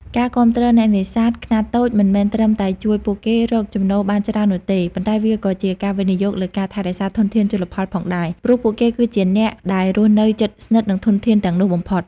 ការគាំទ្រអ្នកនេសាទខ្នាតតូចមិនមែនត្រឹមតែជួយពួកគេរកចំណូលបានច្រើននោះទេ ប៉ុន្តែវាក៏ជាការវិនិយោគលើការថែរក្សាធនធានជលផលផងដែរ ព្រោះពួកគេគឺជាអ្នកដែលរស់នៅជិតស្និទ្ធនឹងធនធានទាំងនោះបំផុត។